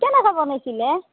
কেনেকৈ বনাইছিলহে